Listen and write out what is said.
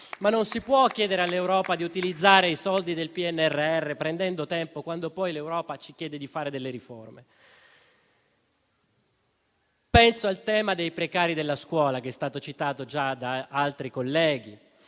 ma non si può chiedere all'Europa di utilizzare i soldi del PNRR prendendo tempo, quando poi l'Europa ci chiede di fare delle riforme. Penso al tema dei precari della scuola, che è stato già citato da altri colleghi,